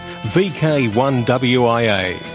VK1WIA